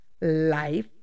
life